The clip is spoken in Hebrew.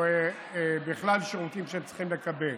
או בכלל שירותים שהם צריכים לקבל.